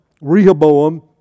Rehoboam